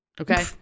okay